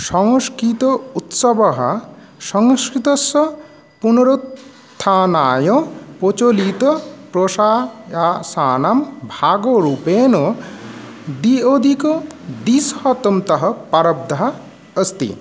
संस्कृत उत्सवः संस्कृतस्य पुनरुद्धारणाय प्रचलितं प्रशासानं भागरूपेण द्वि अधिक द्विशतं तः प्रारब्धः अस्ति